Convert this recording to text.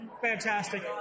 Fantastic